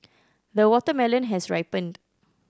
the watermelon has ripened